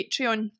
Patreon